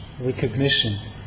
recognition